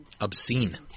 obscene